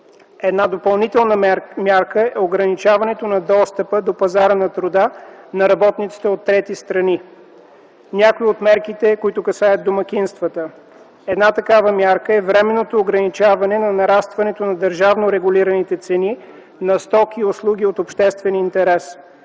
Една допълнителна мярка е ограничаването на достъпа до пазара на труда на работниците от трети страни. Някои от мерките, които касаят домакинствата. Една такава мярка е временното ограничаване на нарастването на държавно регулираните цени на стоки и услуги от обществен интерес.